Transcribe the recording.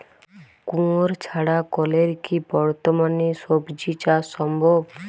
কুয়োর ছাড়া কলের কি বর্তমানে শ্বজিচাষ সম্ভব?